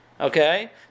Okay